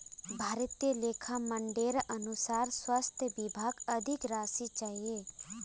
भारतीय लेखा मानदंडेर अनुसार स्वास्थ विभागक अधिक राशि चाहिए